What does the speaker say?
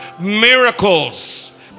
Miracles